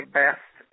best